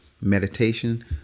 meditation